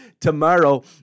tomorrow